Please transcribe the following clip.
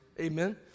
Amen